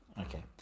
Okay